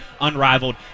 unrivaled